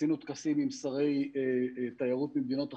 עשינו טקסים עם שרי תיירות ממדינות אחרות,